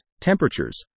temperatures